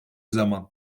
zaman